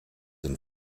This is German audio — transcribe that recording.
und